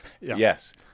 Yes